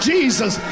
Jesus